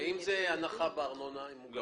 ואם זה הנחה בארנונה אם הוא גרוש?